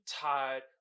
tired